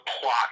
plot